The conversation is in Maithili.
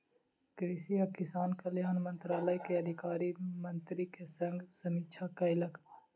कृषि आ किसान कल्याण मंत्रालय के अधिकारी मंत्री के संग समीक्षा कयलक